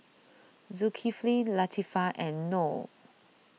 Zulkifli Latifa and Noh